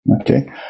Okay